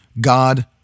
God